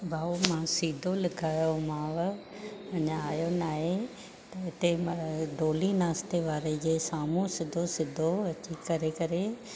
भाउ मां सीधो लिखायो हुयोमाव अञा आयो न आहे त हिते मां डोली नाश्ते वारे जे साम्हूं सिधो सिधो अची करे करे